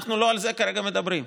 אבל לא על זה אנחנו מדברים כרגע.